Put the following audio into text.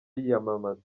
yiyamamaza